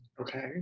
Okay